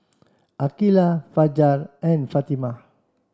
Aqeelah Fajar and Fatimah